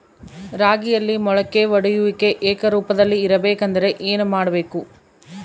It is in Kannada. ರಾಗಿಯಲ್ಲಿ ಮೊಳಕೆ ಒಡೆಯುವಿಕೆ ಏಕರೂಪದಲ್ಲಿ ಇರಬೇಕೆಂದರೆ ಏನು ಮಾಡಬೇಕು?